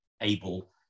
able